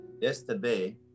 Yesterday